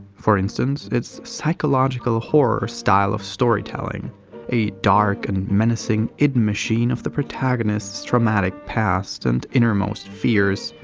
for instance, its psychological horror style of storytelling a dark and menacing id-machine of the protagonist's traumatic past and innermost fears,